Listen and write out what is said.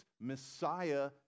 Messiah